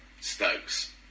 Stokes